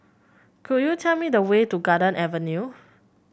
could you tell me the way to Garden Avenue